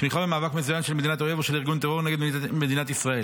תמיכה במאבק מזוין של מדינת אויב או של ארגון טרור נגד מדינת ישראל.